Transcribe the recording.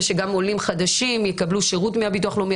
שגם עולים חדשים יקבלו שירות מהביטוח הלאומי.